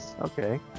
Okay